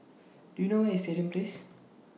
Do YOU know Where IS Stadium Place